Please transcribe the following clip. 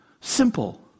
Simple